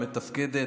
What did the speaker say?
מתפקדת,